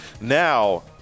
Now